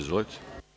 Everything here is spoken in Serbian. Izvolite.